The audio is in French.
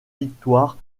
victoire